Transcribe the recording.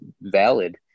valid